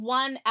one